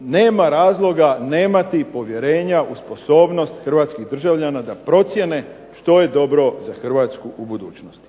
Nema razloga nemati povjerenja u sposobnost hrvatskih državljana da procijene što je dobro za Hrvatsku u budućnosti.